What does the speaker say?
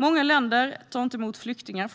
Många länder tar fortfarande inte emot flyktingar,